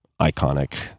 iconic